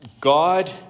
God